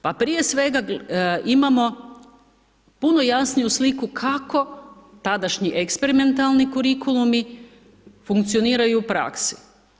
Pa prije svega imamo puno jasniju sliku, kako tadašnji eksperimentalni kurikulumi funkcioniraju u praski.